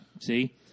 see